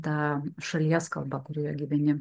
ta šalies kalba kurioje gyveni